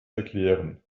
erklären